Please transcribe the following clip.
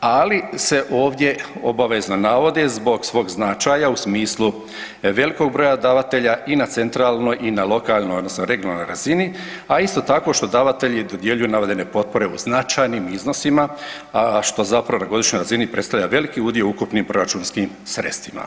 ali se ovdje obavezno navode zbog svog značaja u smislu velikog broja davatelja i na centralnoj i na lokalnoj, odnosno regionalnoj razini a isto tako što davatelji dodjeljuju navedene potpore u značajnim iznosima a što zapravo na godišnjoj razini predstavlja veliki udio u ukupnim proračunskim sredstvima.